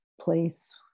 place